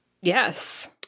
Yes